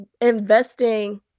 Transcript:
investing